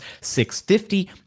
650